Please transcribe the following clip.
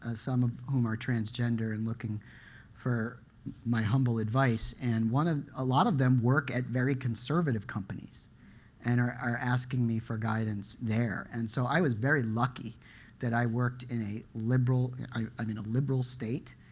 ah some of whom are transgender and looking for my humble advice. and one of a lot of them work at very conservative companies and are asking me for guidance there. and so i was very lucky that i worked in a liberal i'm in i mean a liberal state,